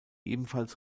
ebenfalls